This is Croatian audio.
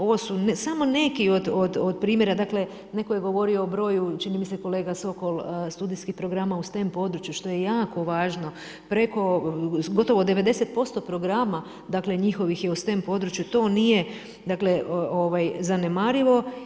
Ovo su samo neki od primjera, dakle, netko je govorio o broju, čini mi se kolega Sokol studijskih programa u stand području, što je jako važno, preko, gotovo 90% programa, dakle, njihovih je u stand području, to nije zanemarivo.